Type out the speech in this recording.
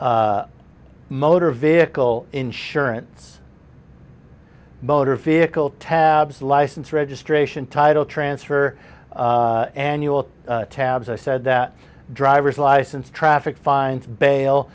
tax motor vehicle insurance motor vehicle tabs license registration title transfer annual tabs i said that drivers license traffic fines bail